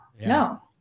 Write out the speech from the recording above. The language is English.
No